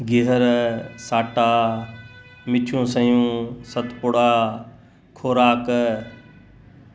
गीहर साटा मिठियूं सयूं सतपुड़ा ख़ोराक